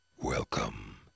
Welcome